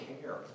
care